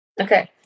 Okay